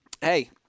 Hey